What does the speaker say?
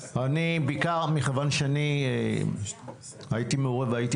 בעיקר מכיוון שהייתי מעורה והייתי